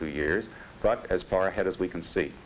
few years but as far ahead as we can see